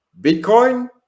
Bitcoin